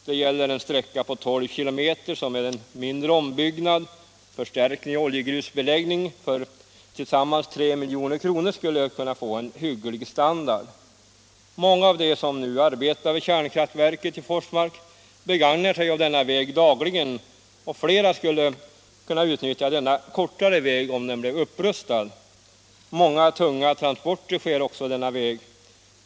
Det gäller en sträcka på 12 km, som med en mindre ombyggnad, förstärkning och oljegrusbeläggning för tillsammans 3 milj.kr. skulle få en hygglig standard. Många av dem som nu arbetar vid kärnkraftverket i Forsmark begagnar sig av denna väg dagligen, och flera skulle kunna utnyttja denna kortare väg, om den blev upprustad. Många tunga transporter sker också denna väg.